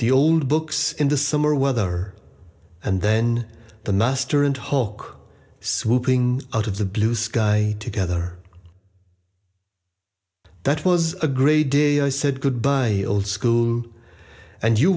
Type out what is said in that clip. the old books in the summer weather and then the master and hawk swooping out of the blue sky together that was a grey day i said good bye old school and you